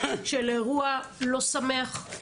של אירוע לא שמח,